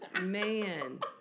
Man